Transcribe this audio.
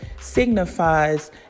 signifies